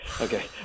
Okay